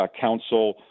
council